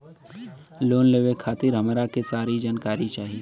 Loan लेवे खातीर हमरा के सारी जानकारी चाही?